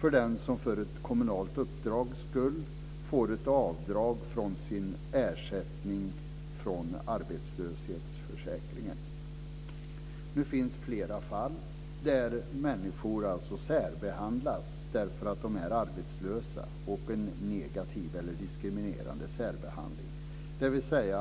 för den som för ett kommunalt uppdrags skull får ett avdrag från sin ersättning från arbetslöshetsförsäkringen. Nu finns flera fall där människor särbehandlas därför att de är arbetslösa. De får en negativ eller diskriminerande särbehandling.